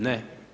Ne.